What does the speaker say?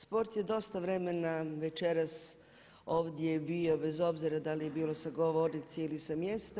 Sport je dosta vremena večeras ovdje bio bez obzira da li je bilo sa govornice ili sa mjesta.